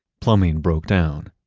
plumbing broke down,